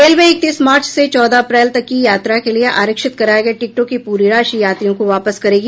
railway इक्कीस मार्च से चौदह अप्रैल तक की यात्रा के लिए आरक्षित कराए गए टिकटों की प्ररी राशि यात्रियों को वापस करेगी